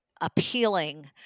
appealing